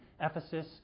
Ephesus